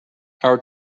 our